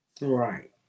Right